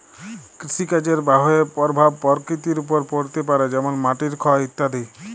কৃষিকাজের বাহয়ে পরভাব পরকৃতির ওপর পড়তে পারে যেমল মাটির ক্ষয় ইত্যাদি